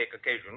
occasion